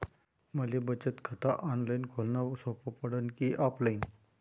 मले बचत खात ऑनलाईन खोलन सोपं पडन की ऑफलाईन?